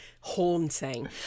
haunting